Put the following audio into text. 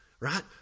right